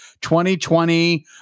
2020